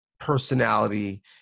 Personality